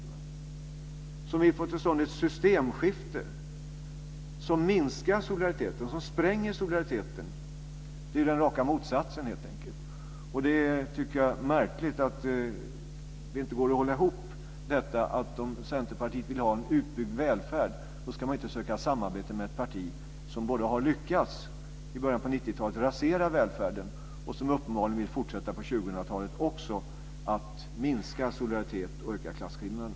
Moderata samlingspartiet vill få till stånd ett systemskifte som minskar solidariteten, som spränger den. Det är raka motsatsen. Om Centerpartiet vill ha en utbyggd välfärd ska man inte söka samarbete med ett parti som i början på 1990-talet lyckades rasera välfärden och uppenbarligen vill fortsätta på 2000-talet att minska solidariteten och öka klasskillnaderna.